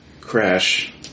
crash